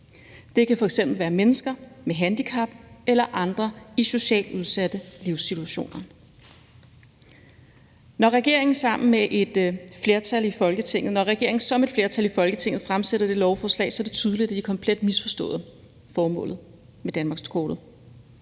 Det kan være f.eks. mennesker med handicap eller andre i socialt udsatte livssituationer. Når regeringen så med et flertal i Folketinget fremsætter det lovforslag, er det tydeligt, at de komplet har misforstået formålet med danmarkskortet.